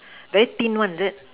very thin one is it